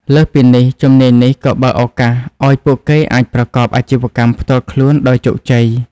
លើសពីនេះ ជំនាញនេះក៏បើកឱកាសឱ្យពួកគេអាចប្រកបអាជីវកម្មផ្ទាល់ខ្លួនដោយជោគជ័យ។